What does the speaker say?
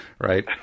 right